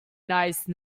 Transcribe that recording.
nice